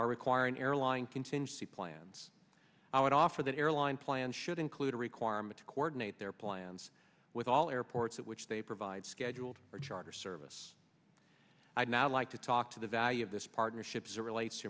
are requiring airline contingency plans i would offer that airline plans should include a requirement to coordinate their plans with all airports which they provide scheduled for charter service i'd now like to talk to the value of this partnerships or relates to